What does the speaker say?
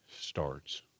starts